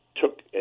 took